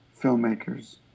filmmakers